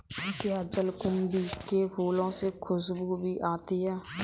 क्या जलकुंभी के फूलों से खुशबू भी आती है